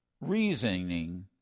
reasoning